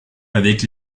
avec